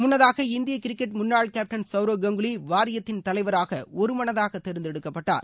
முன்னதாக இந்திய கிரிக்கெட் முன்னாள் கேப்ட்ன் சவ்ரவ் கங்குலி வாரியத்தின் தலைவராக ஒருமனதாக தேர்ந்தெடுக்கப்பட்டார்